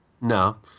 No